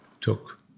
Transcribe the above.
took